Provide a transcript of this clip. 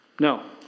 No